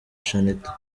shanitah